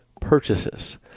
purchases